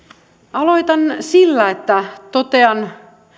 aloitan sillä että totean